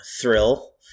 thrill